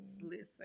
Listen